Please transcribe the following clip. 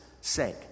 sake